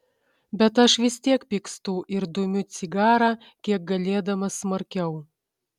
bet aš vis tiek pykstu ir dumiu cigarą kiek galėdamas smarkiau